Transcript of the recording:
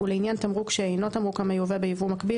ולעניין תמרוק שאינו תמרוק המיובא ביבוא מקביל,